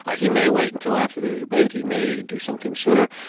ah he may wait until after the debate. he may do something sooner.